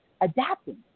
adapting